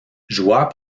joueurs